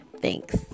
thanks